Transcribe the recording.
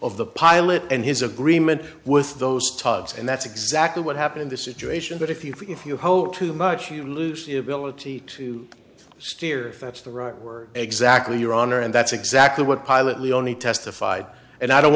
of the pilot and his agreement with those tugs and that's exactly what happened in this situation but if you if you hold too much you lose the ability to steer that's the right word exactly your honor and that's exactly what pilot we only testified and i don't